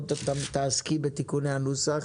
עוד תעסקי בתיקוני הנוסח